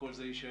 שכל זה יישאר